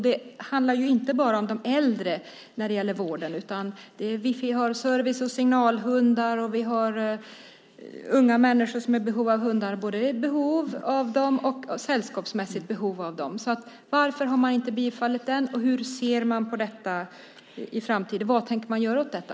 Det handlar ju inte bara om de äldre när det gäller vården. Det finns service och signalhundar, och det finns unga människor som är i behov av hundar, både av deras hjälp och av deras sällskap. Varför har man inte bifallit detta, och hur ser man på detta i framtiden? Vad tänker man göra åt detta?